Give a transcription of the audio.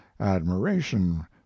admiration